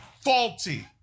faulty